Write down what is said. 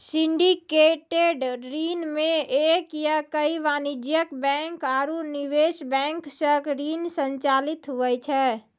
syndicated ऋण मे एक या कई वाणिज्यिक बैंक आरू निवेश बैंक सं ऋण संचालित हुवै छै